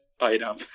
item